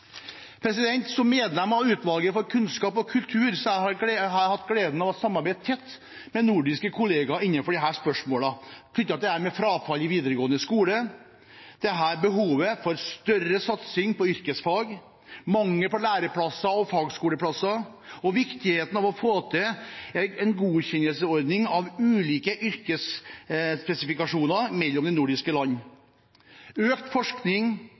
Som medlem av Utvalget for kunnskap og kultur har jeg hatt gleden av å samarbeide tett med nordiske kollegaer innenfor disse spørsmålene. Det gjelder frafall i videregående skole, behovet for større satsing på yrkesfag, mangel på læreplasser og fagskoleplasser og viktigheten av å få til en godkjennelsesordning av ulike yrkesspesifikasjoner mellom de nordiske land. Det gjelder også økt forskning